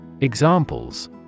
Examples